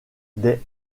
des